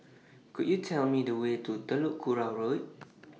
Could YOU Tell Me The Way to Telok Kurau Road